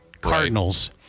Cardinals